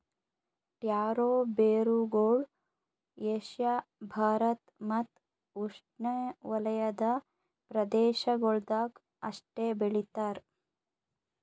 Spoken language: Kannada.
ಟ್ಯಾರೋ ಬೇರುಗೊಳ್ ಏಷ್ಯಾ ಭಾರತ್ ಮತ್ತ್ ಉಷ್ಣೆವಲಯದ ಪ್ರದೇಶಗೊಳ್ದಾಗ್ ಅಷ್ಟೆ ಬೆಳಿತಾರ್